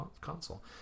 console